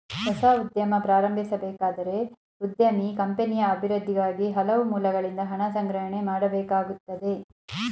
ಹೊಸ ಉದ್ಯಮ ಪ್ರಾರಂಭಿಸಬೇಕಾದರೆ ಉದ್ಯಮಿ ಕಂಪನಿಯ ಅಭಿವೃದ್ಧಿಗಾಗಿ ಹಲವು ಮೂಲಗಳಿಂದ ಹಣ ಸಂಗ್ರಹಣೆ ಮಾಡಬೇಕಾಗುತ್ತದೆ